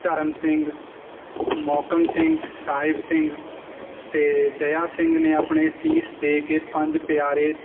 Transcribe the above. ਧਰਮ ਸਿੰਘ ਮੋਹਕਮ ਸਿੰਘ ਸਾਹਿਬ ਸਿੰਘ ਅਤੇ ਦਇਆ ਸਿੰਘ ਨੇ ਆਪਣੇ ਸੀਸ ਦੇ ਕੇ ਪੰਜ ਪਿਆਰੇ